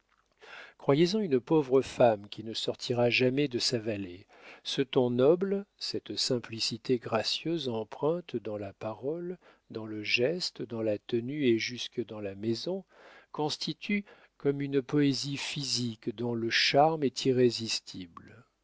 croyez-en une pauvre femme qui ne sortira jamais de sa vallée ce ton noble cette simplicité gracieuse empreinte dans la parole dans le geste dans la tenue et jusque dans la maison constitue comme une poésie physique dont le charme est